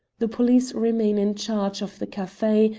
the police remain in charge of the cafe,